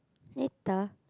later